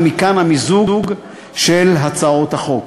ומכאן המיזוג של הצעות החוק.